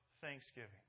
thanksgiving